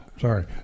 sorry